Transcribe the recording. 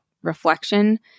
Reflection